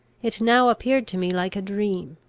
it now appeared to me like a dream.